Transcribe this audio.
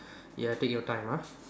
ya take your time uh